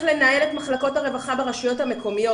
לנהל את מחלקות הרווחה ברשויות המקומיות.